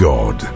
God